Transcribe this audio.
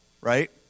right